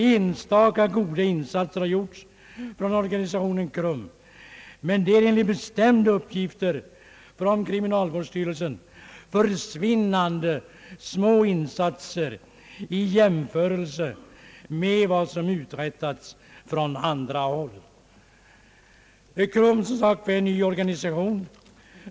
Enstaka goda insatser har gjorts av organisationen KRUM, men de är enligt bestämda uppgifter från kriminalvårdsstyrelsen försvinnande små i jämförelse med vad som uträttats på andra håll. KRUM är som sagt en ny organisation.